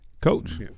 Coach